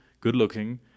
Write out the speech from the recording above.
good-looking